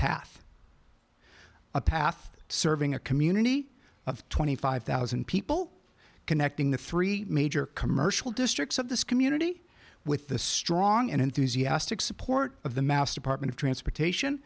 path a path serving a community of twenty five thousand people connecting the three major commercial districts of this community with the strong and enthusiastic support of the mass department of transportation